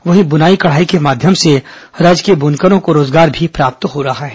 वहीं बुनाई कढ़ाई के माध्यम से राज्य के बुनकरों को रोजगार भी प्राप्त हो रहा है